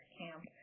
camp